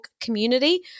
community